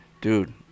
dude